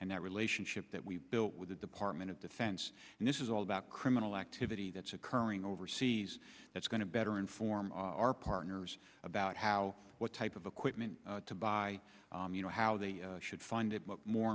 and that relationship that we've built with the department of defense and this is all about criminal activity that's occurring overseas that's going to better inform our partners about how what type of equipment to buy you know how they should find it